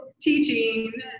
teaching